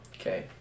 Okay